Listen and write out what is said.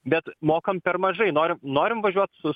bet mokam per mažai norim norim važiuot su